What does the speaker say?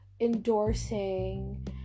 endorsing